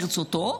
ברצותו,